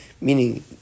meaning